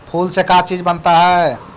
फूल से का चीज बनता है?